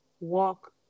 walk